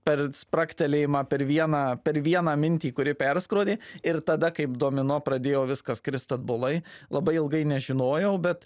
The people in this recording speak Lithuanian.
per spragtelėjimą per vieną per vieną mintį kuri perskrodė ir tada kaip domino pradėjo viskas krist atbulai labai ilgai nežinojau bet